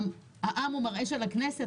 העם הוא מראה של הכנסת?